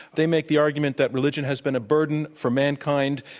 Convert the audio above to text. they make the argument that religion has been a burden for mankind,